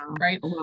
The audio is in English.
right